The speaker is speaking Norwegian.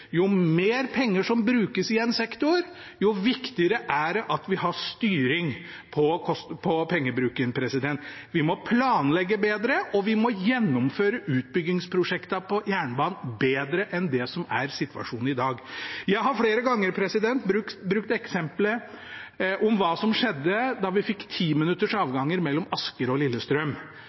Jo mer penger som brukes i en sektor, jo viktigere er det at vi har styring på pengebruken. Vi må planlegge bedre, og vi må gjennomføre utbyggingsprosjektene på jernbanen bedre enn det som er situasjonen i dag. Jeg har flere ganger brukt eksemplet om hva som skjedde da vi fikk timinuttersavganger mellom Asker og Lillestrøm.